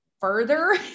further